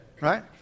right